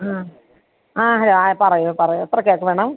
ആ ആ ഹായ് ആ പറയൂ പറയൂ എത്ര കേക്ക് വേണം